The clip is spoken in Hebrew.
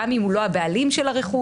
גם אם הוא לא הבעלים של הרכוש,